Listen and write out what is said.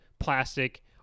Plastic